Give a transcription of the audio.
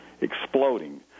exploding